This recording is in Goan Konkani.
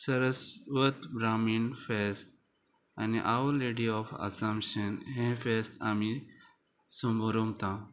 सरस्वत ब्राम्मीण फेस्त आनी आवर लेडी ऑफ आसाम शेन हे फेस्त आमी समोरुंकता